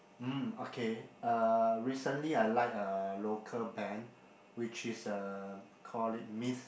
mm okay uh recently I like a local band which is uh call it Myth